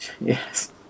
Yes